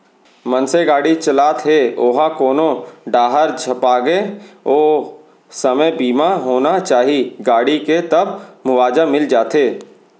मनसे गाड़ी चलात हे ओहा कोनो डाहर झपागे ओ समे बीमा होना चाही गाड़ी के तब मुवाजा मिल जाथे